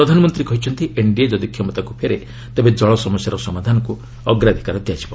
ପ୍ରଧାନମନ୍ତ୍ରୀ କହିଛନ୍ତି ଏନ୍ଡିଏ ଯଦି କ୍ଷମତାକୁ ଫେରେ ତେବେ ଜଳ ସମସ୍ୟାର ସମାଧାନକ୍ତ ଅଗ୍ରାଧିକାର ଦିଆଯିବ